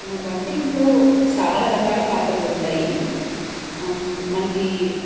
వంట ఇంటిలో చాలా రకాల పాత్రలు ఉంటాయి మనకి